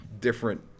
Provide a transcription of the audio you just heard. different